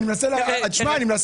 אני רוצה